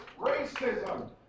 racism